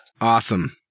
Awesome